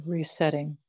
Resetting